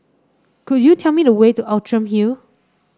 could you tell me the way to Outram Hill